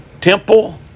temple